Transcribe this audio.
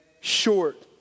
short